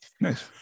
Nice